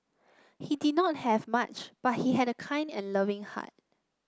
he did not have much but he had a kind and loving heart